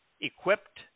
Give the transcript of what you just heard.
equipped